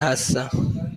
هستم